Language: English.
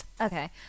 Okay